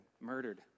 murdered